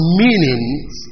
meanings